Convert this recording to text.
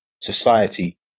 society